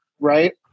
Right